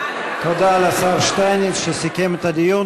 תודה לשר שטייניץ שסיכם את הדיון.